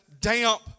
damp